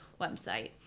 website